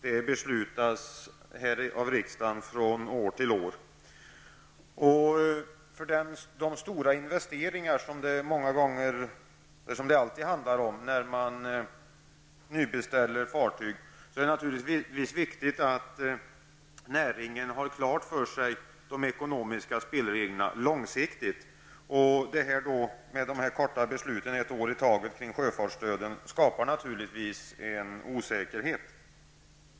Det beslutas av riksdagen från år till år. Inför de stora investeringar som det alltid är fråga om när man nybeställer fartyg är det naturligtvis viktigt att näringen har de långsiktiga ekonomiska spelreglerna klara för sig. De kortfristiga besluten på ett år i taget när det gäller sjöfartsstödet skapar naturligtvis då en osäkerhet.